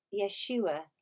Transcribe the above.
Yeshua